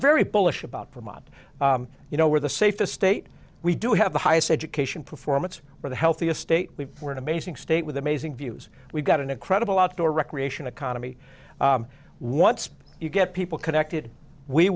very bullish about vermont you know where the safest state we do have the highest education performance or the healthiest state we were an amazing state with amazing views we've got an incredible outdoor recreation economy once you get people connected we